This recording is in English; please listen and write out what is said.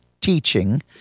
teaching